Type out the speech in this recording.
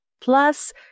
plus